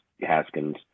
haskins